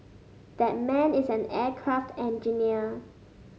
that man is an aircraft engineer